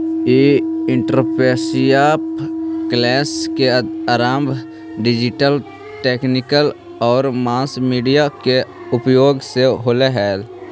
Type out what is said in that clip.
ई entrepreneurship क्क्षेत्र के आरंभ डिजिटल तकनीक आउ मास मीडिया के उपयोग से होलइ हल